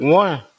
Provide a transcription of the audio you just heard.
one